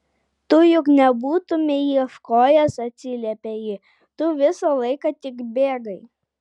tu juk nebūtumei ieškojęs atsiliepia ji tu visą laiką tik bėgai